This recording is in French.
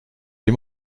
les